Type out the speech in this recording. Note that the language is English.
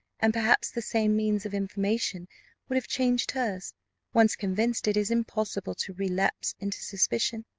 and perhaps the same means of information would have changed hers once convinced, it is impossible to relapse into suspicion.